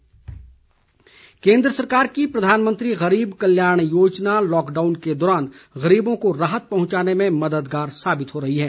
गरीब कल्याण योजना केन्द्र सरकार की प्रधानमंत्री गरीब कल्याण योजना लॉकडाउन के दौरान गरीबों को राहत पहुंचाने में मददगार साबित हो रही है